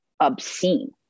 obscene